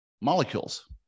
molecules